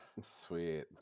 Sweet